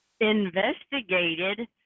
investigated